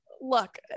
look